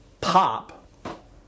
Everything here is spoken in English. pop